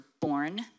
born